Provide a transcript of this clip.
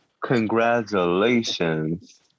Congratulations